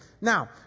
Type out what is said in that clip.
Now